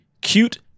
cute